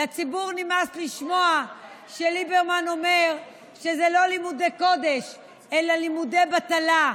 לציבור נמאס לשמוע שליברמן אומר שזה לא לימודי קודש אלא לימודי בטלה.